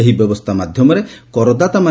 ଏହି ବ୍ୟବସ୍ଥା ମାଧ୍ୟମରେ କରଦାତାମା